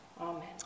amen